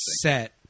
set